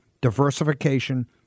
Diversification